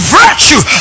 virtue